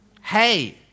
Hey